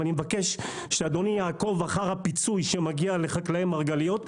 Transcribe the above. ואני מבקש שאדוני יעקוב אחר הפיצוי שמגיע לחקלאי מרגליות,